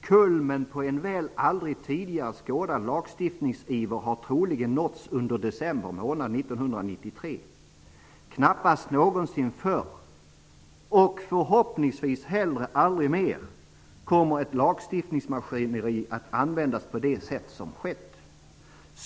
Kulmen på en väl aldrig tidigare skådad lagstiftningsiver har troligen nåtts under december månad 1993. Knappast någonsin förr, och förhoppningsvis heller aldrig mer, kommer ett lagstiftningsmaskineri att användas på det sätt som skett.